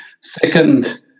Second